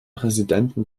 präsidenten